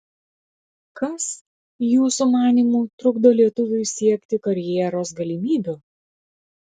kas jūsų manymu trukdo lietuviui sieki karjeros galimybių